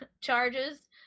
charges